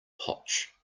potch